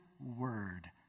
Word